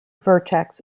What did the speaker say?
vertex